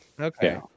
Okay